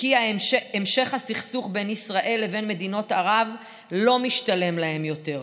וכי המשך הסכסוך בין ישראל לבין מדינות ערב לא משתלם להן יותר.